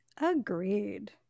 Agreed